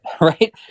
right